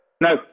No